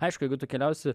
aišku jeigu tu keliausi